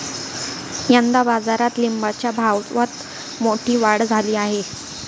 यंदा बाजारात लिंबाच्या भावात मोठी वाढ झाली आहे